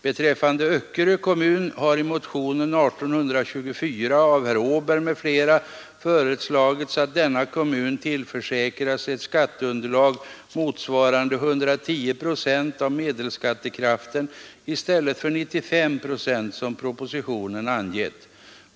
Beträffande Öckerö kommun har i motionen 1824 av herr Åberg m.fl. föreslagits att denna kommun skall tillförsäkras ett skatteunderlag motsvarande 110 procent av medelskattekraften i stället för 95 procent som propositionen angett.